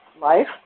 Life